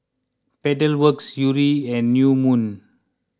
Pedal Works Yuri and New Moon